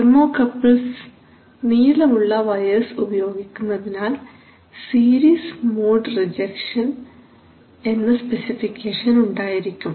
thermocouples നീളമുള്ള wires ഉപയോഗിക്കുന്നതിനാൽ series mode rejection എന്ന സ്പെസിഫിക്കേഷൻ ഉണ്ടായിരിക്കും